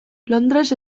londres